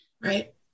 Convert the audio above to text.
right